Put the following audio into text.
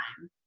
time